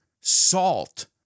salt